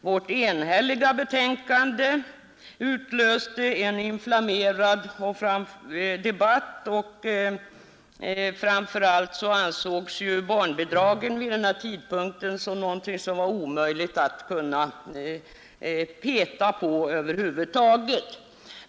Vårt enhälliga förslag utlöste en inflammerad debatt, och framför allt ansågs vid denna tidpunkt barnbidragen såsom någonting som det var alldeles omöjligt att peta på.